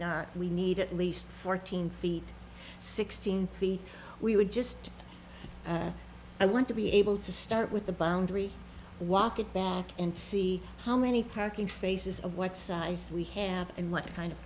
not we need at least fourteen feet sixteen feet we would just i want to be able to start with the bond rate walk it back and see how many parking spaces of what size we have and what kind of